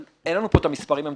אין לנו פה את המספרים המדויקים,